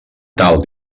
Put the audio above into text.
tal